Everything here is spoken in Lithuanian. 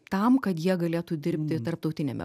tam kad jie galėtų dirbti tarptautiniame